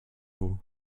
vous